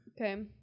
Okay